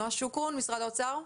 נועה שוקרון ממשרד האוצר?